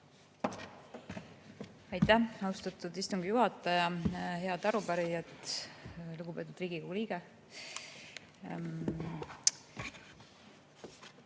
Aitäh, austatud istungi juhataja! Head arupärijad! Lugupeetud Riigikogu liige!